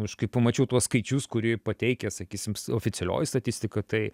aš kaip pamačiau tuos skaičius kurį pateikia sakysim oficialioji statistika tai